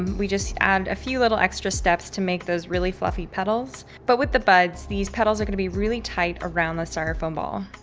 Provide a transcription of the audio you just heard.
we just add a few little extra steps to make those really fluffy petals, but with the buds, these petals are going to be really tight around the styrofoam ball.